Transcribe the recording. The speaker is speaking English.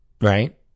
Right